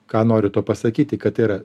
ką noriu tuo pasakyti kad yra